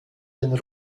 den